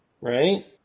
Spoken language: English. right